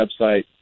website